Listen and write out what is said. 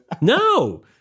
No